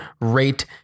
rate